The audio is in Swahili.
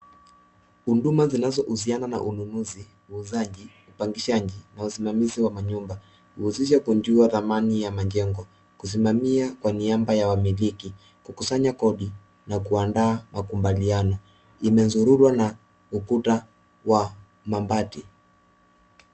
Huduma zinazohusiana na ununuzi, uuzaji, upangishaji na usimamizi wa manyumba. Huhusisha kujua thamani ya majengo, kusimamia kwa niaba ya wamiliki, kukusanya kodi na kuandaa makubaliano. Imezungukwa na ukuta wa mabati.